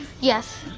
Yes